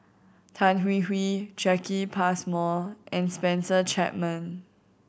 Tan Hwee Hwee Jacki Passmore and Spencer Chapman